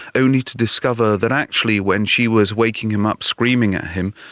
only to discover that actually when she was waking him up screaming at him,